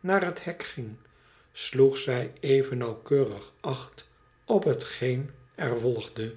naar het hek ging sloeg zij even nauwkeurig acht op hetgeen er volgde